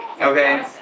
Okay